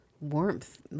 warmth